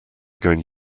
going